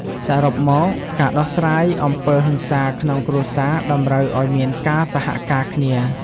សរុបមក ការដោះស្រាយអំពើហិង្សាក្នុងគ្រួសារតម្រូវឲ្យមានការសហការគ្នា។